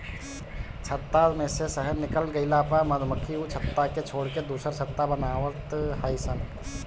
छत्ता में से शहद निकल गइला पअ मधुमक्खी उ छत्ता के छोड़ के दुसर छत्ता बनवत हई सन